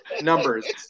Numbers